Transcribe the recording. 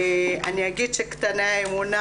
אני אגיד שקטני האמונה,